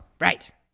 right